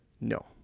no